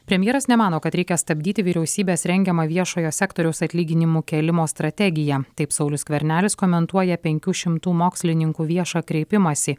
premjeras nemano kad reikia stabdyti vyriausybės rengiamą viešojo sektoriaus atlyginimų kėlimo strategiją taip saulius skvernelis komentuoja penkių šimtų mokslininkų viešą kreipimąsi